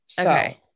Okay